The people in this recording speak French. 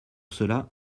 cela